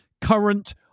current